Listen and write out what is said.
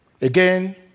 Again